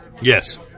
Yes